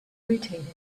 irritated